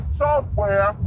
software